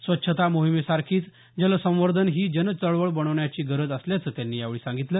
स्वच्छता मोहिमेसारखीच जलसंवर्धन ही जन चळवळ बनण्याची गरज असल्याचं त्यांनी यावेळी सांगितलं